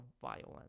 violence